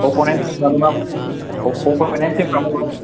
opponent थिमफ्रा माबायदि अफ'नेन्थ थिमफ्रा माबायदि